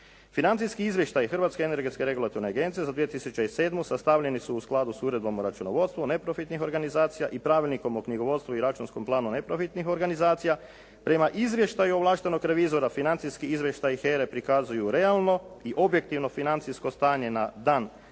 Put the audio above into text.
Financijski izvještaj Hrvatske energetske regulatorne agencije za 2007. sastavljeni su u skladu s uredbama o računovodstvu neprofitnih organizacija i Pravilnikom o knjigovodstvu i računskom planu neprofitnih organizacija. Prema izvještaju ovlaštenog revizora financijski izvještaj HERA-e prikazuju realno i objektivno financijsko stanje na dan 31.